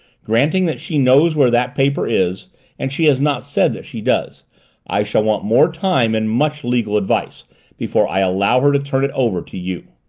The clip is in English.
granting that she knows where that paper is and she has not said that she does i shall want more time and much legal advice before i allow her to turn it over to you.